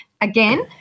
Again